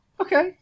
Okay